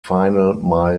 final